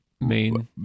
main